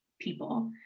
people